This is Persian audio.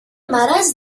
مرض